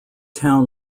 town